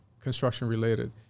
construction-related